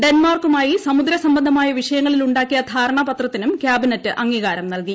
ഡെൻമാർക്കുമായി സമുദ്രസംബന്ധമായ വിഷയങ്ങളിൽ ഉണ്ടാക്കിയ ധാരണപത്രത്തിനും ക്യാബിനറ്റ് അംഗീകാരം നൽകി